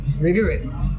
rigorous